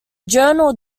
journal